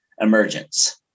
emergence